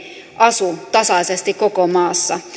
asu tasaisesti koko maassa